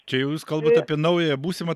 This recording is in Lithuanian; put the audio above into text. čia jau jūs kalbat apie naująją būsimą